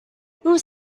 were